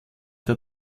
der